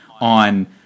on